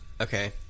Okay